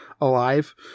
alive